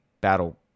battle